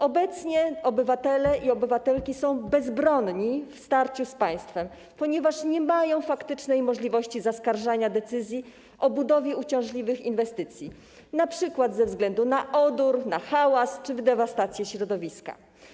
Obecnie obywatele i obywatelki są bezbronni w starciu z państwem, ponieważ nie mają faktycznej możliwości zaskarżania decyzji o budowie uciążliwych inwestycji, np. ze względu na odór, hałas czy dewastację środowiska.